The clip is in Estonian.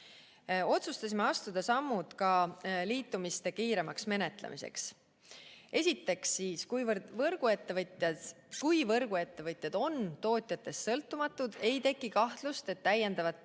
Otsustasime astuda sammud ka liitumiste kiiremaks menetlemiseks. Esiteks, kui võrguettevõtjad on tootjatest sõltumatud, ei teki kahtlust, et täiendavate